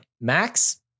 Max